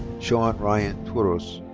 sean ryan touros.